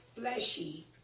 fleshy